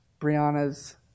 Brianna's